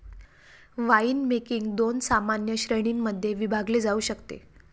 winemaking दोन सामान्य श्रेणीं मध्ये विभागले जाऊ शकते